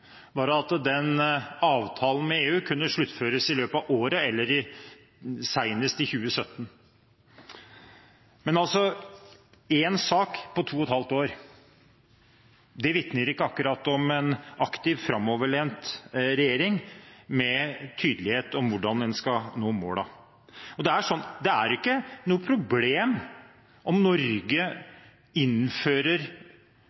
var at den avtalen med EU kunne sluttføres i løpet av året, eller senest i 2017, men altså, én sak på to og et halvt år. Det vitner ikke akkurat om en aktiv og framoverlent regjering med tydelighet på hvordan en skal nå målene. Det er ikke noe problem om